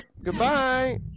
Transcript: goodbye